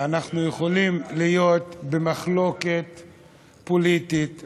ואנחנו יכולים להיות במחלוקת פוליטית,